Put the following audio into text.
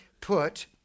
put